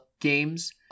games